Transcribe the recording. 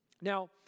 Now